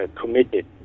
committed